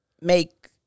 make